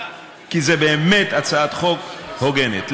כי זו באמת הצעת חוק הוגנת.